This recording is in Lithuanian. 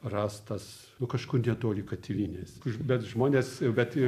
rastas nu kažkur netoli katilinės ku bet žmonės bet